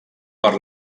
per